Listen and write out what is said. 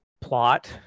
plot